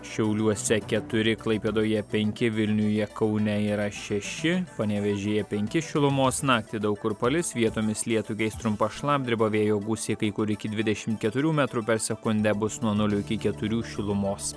šiauliuose keturi klaipėdoje penki vilniuje kaune yra šeši panevėžyje penki šilumos naktį daug kur palis vietomis lietų keis trumpa šlapdriba vėjo gūsiai kai kur iki dvidešimt keturių metrų per sekundę bus nuo nulio iki keturių šilumos